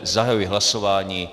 Zahajuji hlasování.